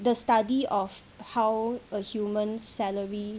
the study of how a human salary